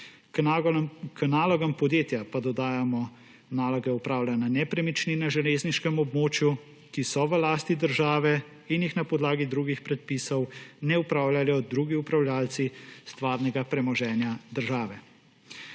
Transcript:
k nalogam podjetja pa dodajamo naloge upravljanja nepremičnin na železniškem območju, ki so v lasti države in jih na podlagi drugih predpisov ne upravljajo drugi upravljavci stvarnega premoženja države.